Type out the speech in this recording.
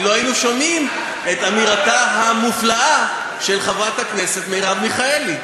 ולא היינו שומעים את אמירתה המופלאה של חברת הכנסת מרב מיכאלי,